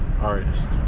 artist